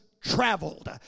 traveled